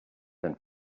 than